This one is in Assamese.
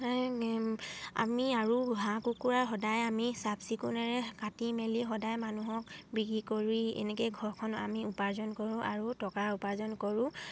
আমি আৰু হাঁহ কুকুৰা সদায় আমি চাফ চিকুণেৰে কাটি মেলি সদায় মানুহক বিক্ৰী কৰি এনেকে ঘৰখন আমি উপাৰ্জন কৰোঁ আৰু টকা উপাৰ্জন কৰোঁ